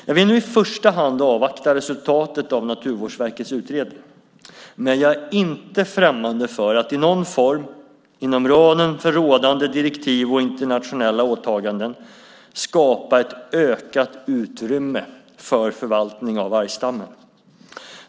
Jag vill nu i första hand avvakta resultatet av Naturvårdsverkets utredning, men jag är inte främmande för att i någon form, inom ramen för rådande direktiv och internationella åtaganden, skapa ett ökat utrymme för förvaltning av vargstammen.